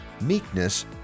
meekness